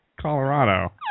Colorado